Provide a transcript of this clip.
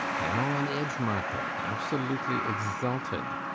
i am all on edge, martha, absolutely exalted.